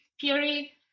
theory